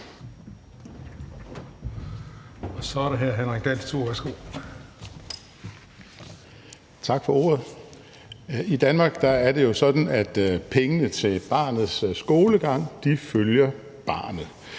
(Ordfører) Henrik Dahl (LA): Tak for ordet. I Danmark er det sådan, at pengene til barnets skolegang følger barnet.